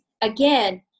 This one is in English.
again